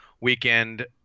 weekend